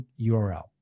URL